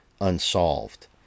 unsolved